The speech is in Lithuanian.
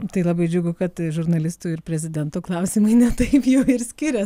tai labai džiugu kad žurnalistų ir prezidento klausimai ne taip jau ir skirias